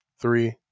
Three